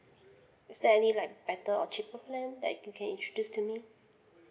it's there any like better or cheaper plan that you can introduce to me